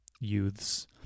youths